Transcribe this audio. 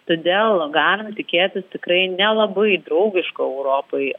todėl galim tikėtis tikrai nelabai draugiško europai